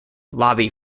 lobby